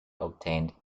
obtained